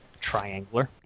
Triangler